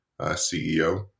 CEO